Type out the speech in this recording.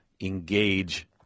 engage